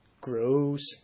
grows